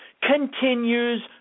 continues